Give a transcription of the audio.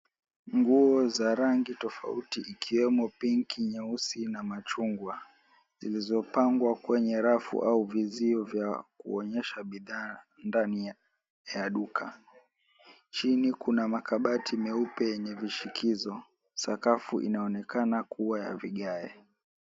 Nguo za rangi tofauti ikiwemo ping'ki, nyeusi na mahungwa zilizopangwa kwenye rafu au vizio vya kuonyesha bidhaa ndani ya ya duka. Chini kuna makabati meupe yenye vishikizo. Sakafu inaonekana kuwa ya vigae.